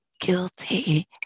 Guilty